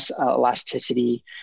elasticity